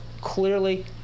clearly